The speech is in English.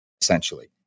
essentially